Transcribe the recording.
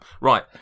Right